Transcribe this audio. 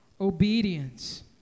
obedience